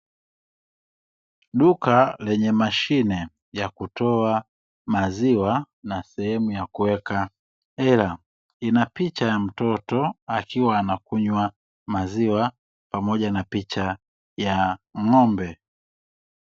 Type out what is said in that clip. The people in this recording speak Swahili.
Duka lenye mashine ya sehemu ya kutoa maziwa na kuekea hela, inapicha ya mtoto akiwa anakunywa maziwa pamoja na picha ya ng'ombe.